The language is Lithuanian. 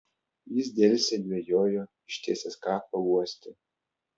jis delsė dvejojo ištiesęs kaklą uostė